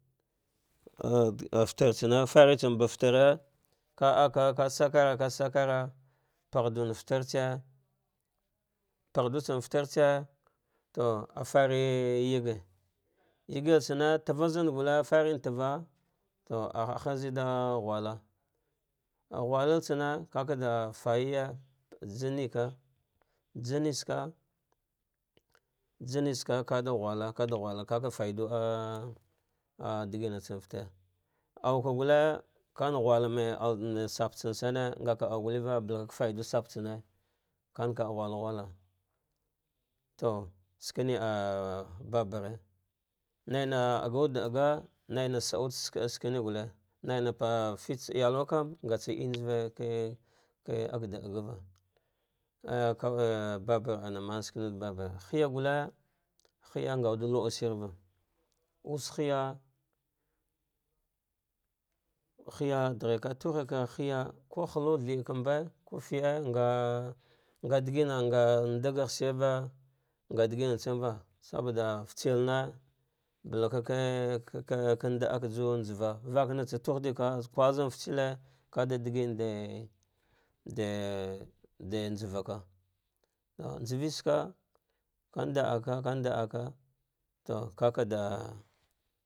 te fatertsane faritsane ba fatere van aka vasavaraya sakara paghchin fatertsa pa gh du tsane tavazan gulle fari tava to a hharz ed ghula, ghuliltsane ka kada fayeye jani ka, janitsaka janitsaka keda ghula kada ghula kaka daidua diginatsom fate aukai guulle, van glula mba alle shul sapsame ngaka au gulleva balaka ka fa eln spasame kanka gha in gin la to shino ah babare nai naina dauɗa ɗaga naina sa awu ɗa saah skane gulle naina pagha fitde elwekam ngatse enji ka ka ve ɗaɗaeyya kew haya gulle haya ngawude hiah shirva wuse yniya hiya ɗighe ka tuhika inya ku halu thirkaw ku fede nga digam nga ndag gh shirva ngaɗigine serva saboɗa fitsil ne balva kave ka ndada ka juwa nja va mbe vaka tsa tudika kuel fitseli kada digarnɗe dde de nɗavaka to njavi tsaka kama aka kamida akai to kakada.